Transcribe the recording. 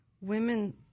Women